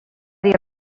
dir